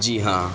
جی ہاں